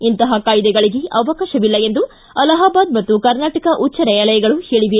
ಇಂತಹ ಕಾಯ್ದೆಗಳಿಗೆ ಅವಕಾಶವಿಲ್ಲ ಎಂದು ಅಲಹಾಬಾದ್ ಹಾಗೂ ಕರ್ನಾಟಕದ ಉಚ್ಚ ನ್ಯಾಯಾಲಯಗಳು ಹೇಳವೆ